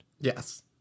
Yes